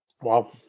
Wow